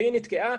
והיא נתקעה,